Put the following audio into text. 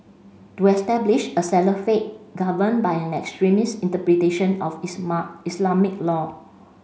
to establish a governed by an extremist interpretation of Islamic law